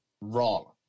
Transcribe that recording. wrong